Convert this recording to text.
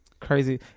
crazy